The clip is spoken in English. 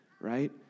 right